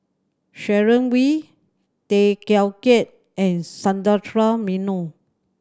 Sharon Wee Tay Teow Kiat and Sundaresh Menon